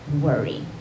worry